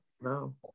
No